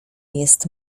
jest